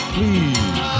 Please